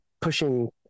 pushing